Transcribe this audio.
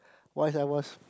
why I was